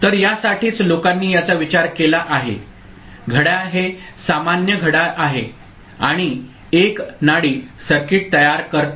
तर यासाठीच लोकांनी याचा विचार केला आहे घड्याळ हे सामान्य घड्याळ आहे आणि एक नाडी सर्किट तयार करते